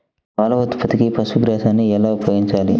పాల ఉత్పత్తికి పశుగ్రాసాన్ని ఎలా ఉపయోగించాలి?